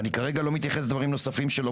וכרגע אני לא מתייחס לדברים נוספים שלא